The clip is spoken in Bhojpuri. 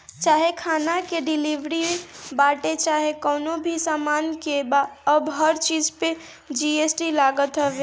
चाहे खाना के डिलीवरी बाटे चाहे कवनो भी सामान के अब हर चीज पे जी.एस.टी लागत हवे